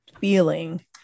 feeling